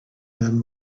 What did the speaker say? man